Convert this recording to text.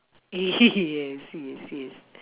yes yes yes